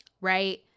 right